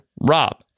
rob